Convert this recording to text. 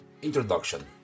Introduction